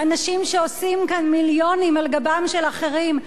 אנשים שעושים כאן מיליונים על גבם של אחרים,